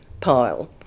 pile